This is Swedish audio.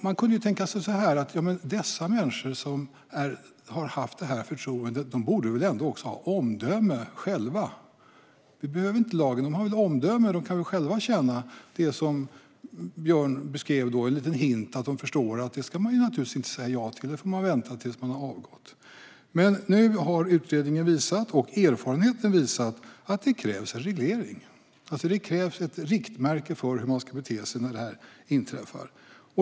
Man kan tänka sig att dessa människor som har haft detta förtroende ändå borde ha omdöme och själva förstå en liten hint, som Björn beskrev, om att de naturligtvis inte ska säga ja till sådana verksamheter, utan att de får vänta tills de har avgått. Nu har utredningen och erfarenheten dock visat att det krävs en reglering, ett riktmärke för hur man ska bete sig när detta inträffar.